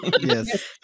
Yes